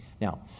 Now